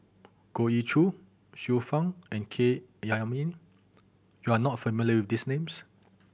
Goh Ee Choo Xiu Fang and K Jayamani you are not familiar with these names